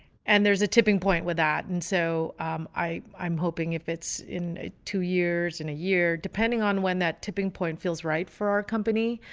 and there's a tipping point with that and so i i'm hoping if it's in two years and a year depending on when that tipping point feels right for our company,